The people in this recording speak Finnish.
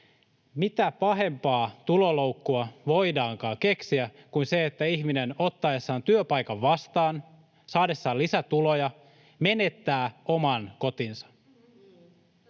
Mitä pahempaa tuloloukkua voidaankaan keksiä kuin se, että ihminen ottaessaan työpaikan vastaan, saadessaan lisätuloja, menettää oman kotinsa